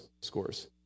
scores